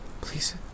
Please